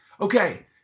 Okay